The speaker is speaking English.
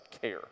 care